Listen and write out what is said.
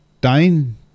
dane